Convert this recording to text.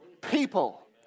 people